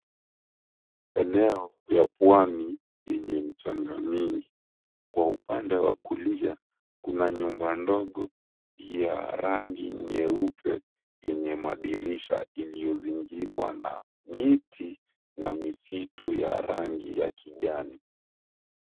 Eneo ya pwani yenye mchanga mingi, kwa upande wa kulia kuna nyumba ndogo ya rangi nyeupe yenye madirisha iliyozingirwa na miti na misitu ya rangi ya kijani.